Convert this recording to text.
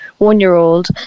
one-year-old